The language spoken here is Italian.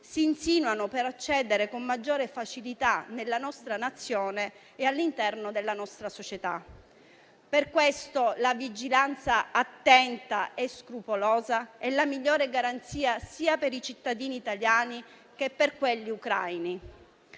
si insinuano per accedere con maggiore facilità nella nostra Nazione e all'interno della nostra società. Per questo la vigilanza attenta e scrupolosa è la migliore garanzia, sia per i cittadini italiani che per quelli ucraini.